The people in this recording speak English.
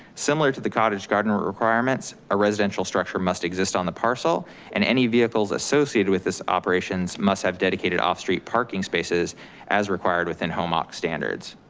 similar to the cottage garden requirements, requirements, a residential structure must exist on the parcel and any vehicles associated with this operations must have dedicated off-street parking spaces as required within home ah occs standards.